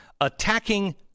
attacking